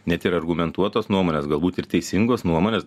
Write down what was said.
net ir argumentuotos nuomonės galbūt ir teisingos nuomonės